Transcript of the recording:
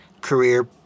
career